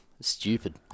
stupid